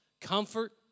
comfort